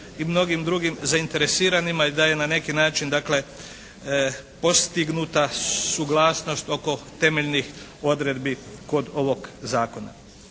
i mnogim drugim zainteresiranima i da je na neki način dakle postignuta suglasnost oko temeljenih odredbi kod ovog zakona.